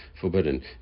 forbidden